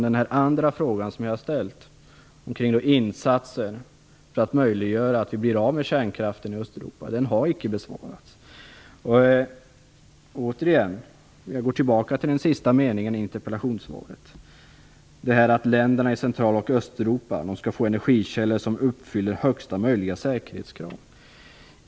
Den fråga jag ställt kring insatser för att möjliggöra att vi blir av med kärnkraften i Östeuropa har icke besvarats. Jag går återigen tillbaka till den sista meningen i interpellationssvaret. Det står att länderna i Centraloch Östeuropa skall få energikällor som uppfyller högsta möjliga säkerhetskrav.